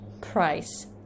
price